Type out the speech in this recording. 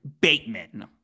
Bateman